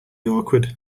awkward